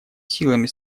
силами